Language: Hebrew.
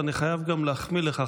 ואני חייב גם להחמיא לך,